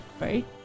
right